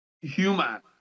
human